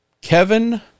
Kevin